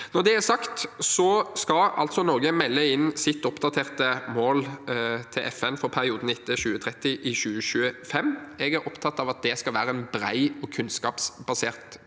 Når det er sagt, skal altså Norge melde inn sitt oppdaterte mål til FN for perioden etter 2030 i 2025. Jeg er opptatt av at det skal være en bred og kunnskapsbasert prosess,